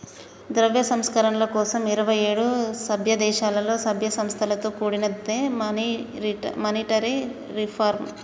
ద్రవ్య సంస్కరణల కోసం ఇరవై ఏడు సభ్యదేశాలలో, సభ్య సంస్థలతో కూడినదే మానిటరీ రిఫార్మ్